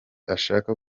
ashaka